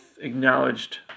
acknowledged